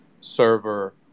server